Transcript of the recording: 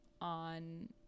on